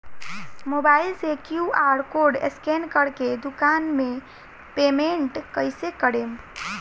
Mobile से QR code scan कर के दुकान मे पेमेंट कईसे करेम?